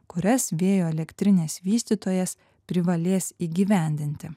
kurias vėjo elektrinės vystytojas privalės įgyvendinti